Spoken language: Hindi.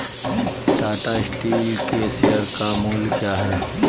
टाटा स्टील के शेयर का मूल्य क्या है?